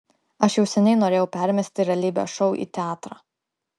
aš jau seniai norėjau permesti realybės šou į teatrą